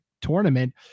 tournament